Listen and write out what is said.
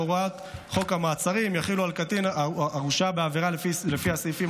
הוראות חוק המעצרים יחולו אם הקטין הורשע בעבירה לפי הסעיפים